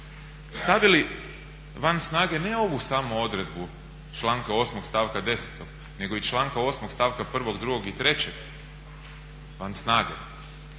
stavili van snage ne ovu samo odredbu članka 8. stavka 10. nego i članka 8. stavka 1., 2. i 3. van snage